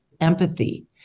empathy